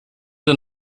der